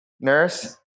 nurse